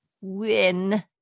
win